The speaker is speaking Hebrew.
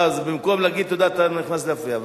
אז במקום להגיד תודה, אתה נכנס להפריע.